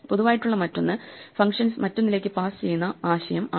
പൊതുവായിട്ടുള്ള മറ്റൊന്ന് ഫങ്ഷൻസ് മറ്റൊന്നിലേക്ക് പാസ് ചെയ്യുന്ന ആശയം ആണ്